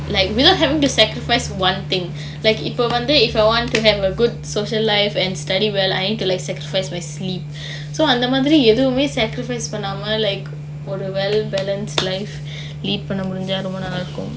like without having to sacrifice one thing like இப்ப வந்து:ippa vanthu if I want to have a good social life and study well I need to like sacrifice my sleep so அந்த மாதிரி எதுவுமே:antha maathiri etuvumae sacrifice பண்ணாமே:pannaamae like ஒரு:oru well balanced life live பண்ண முடிஞ்ஜா இன்னும் நல்லா இருக்கும்:panna mudinjaa innum nallaa irukkum